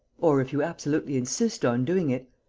or, if you absolutely insist on doing it,